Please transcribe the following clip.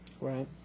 Right